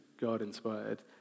God-inspired